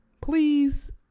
please